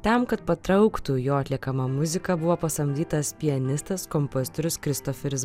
tam kad patrauktų jo atliekamą muziką buvo pasamdytas pianistas kompozitorius kristoferis